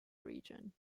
region